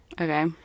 Okay